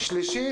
שלישית,